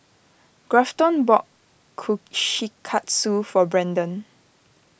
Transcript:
Grafton bought Kushikatsu for Brendan